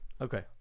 Okay